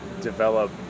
develop